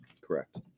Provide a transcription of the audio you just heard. Correct